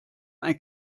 ein